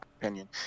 opinion